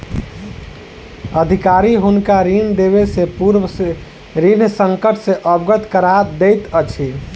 अधिकारी हुनका ऋण देबयसॅ पूर्व ऋण संकट सॅ अवगत करा दैत अछि